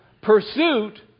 pursuit